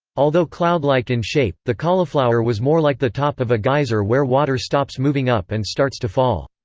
although cloudlike in shape, the cauliflower was more like the top of a geyser where water stops moving up and starts to fall.